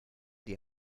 die